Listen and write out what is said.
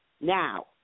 now